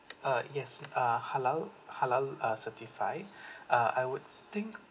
uh yes uh halal halal uh certified err I would think